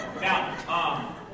Now